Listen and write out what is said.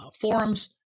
forums